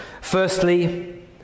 Firstly